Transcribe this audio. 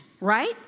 right